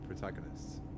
protagonists